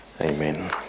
Amen